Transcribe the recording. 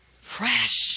Fresh